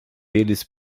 eles